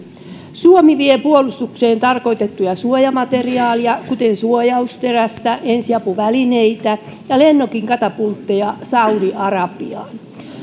suomi vie puolustukseen tarkoitettuja suojamateriaaleja kuten suojausterästä ensiapuvälineitä ja lennokin katapultteja saudi arabiaan